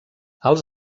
els